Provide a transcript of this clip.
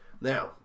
now